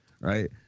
right